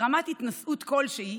ברמת התנסות כלשהי